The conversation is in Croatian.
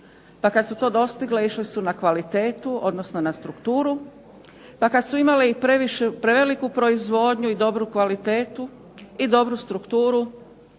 pa kad su to dostigle išle su na kvalitetu, odnosno na strukturu. Pa kad su imale i preveliku proizvodnju i dobru kvalitetu i dobru strukturu